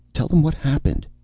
tell them what happened.